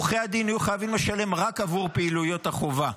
עורכי הדין יהיו חייבים לשלם רק עבור פעילויות החובה.